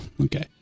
okay